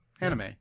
Anime